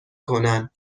کنن